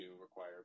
require